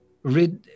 read